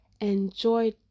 enjoy